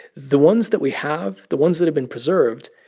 the ones that we have, the ones that have been preserved,